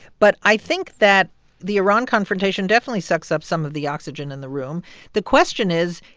but i think that the iran confrontation definitely sucks up some of the oxygen in the room the question is,